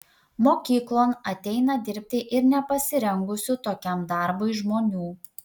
mokyklon ateina dirbti ir nepasirengusių tokiam darbui žmonių